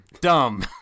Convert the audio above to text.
dumb